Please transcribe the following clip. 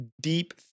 deep